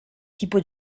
tipo